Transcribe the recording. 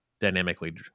dynamically